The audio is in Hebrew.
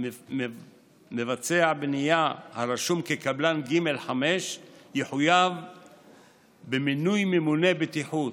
מבצע בנייה הרשום כקבלן ג5 יחויב במינוי ממונה בטיחות,